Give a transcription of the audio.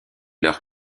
leurs